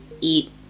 eat